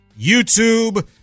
YouTube